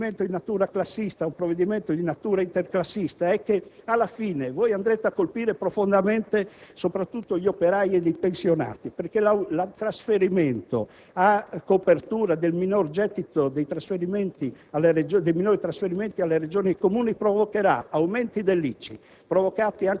per cui, come dicevo, siete passati da un provvedimento di natura classista a uno di natura interclassista, é che alla fine andrete a colpire profondamente soprattutto gli operai ed i pensionati, perché i trasferimenti a copertura dei minori trasferimenti alle Regioni e ai